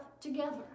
together